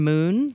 Moon